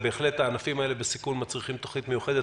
הענפים האלה הם בהחלט בסיכון ומצריכים תוכנית מיוחדת.